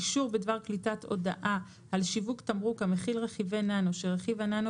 אישור בדבר קליטת הודעה על שיווק תמרוק המכיל רכיבי ננו שרכיב הננו